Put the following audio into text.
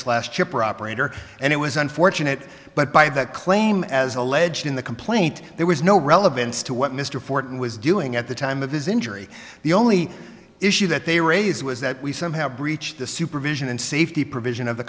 slash chip or operator and it was unfortunate but by that claim as alleged in the complaint there was no relevance to what mr ford was doing at the time of his injury the only issue that they raised was that we somehow breached the supervision and safety provision